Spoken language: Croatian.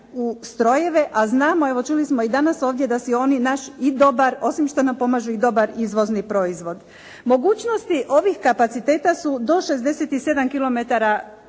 u strojeve. A znamo, evo čuli smo i danas ovdje da su oni i naš i dobar, osim što nam pomažu i dobar izvozni proizvod. Mogućnosti ovih kapaciteta su do 67 km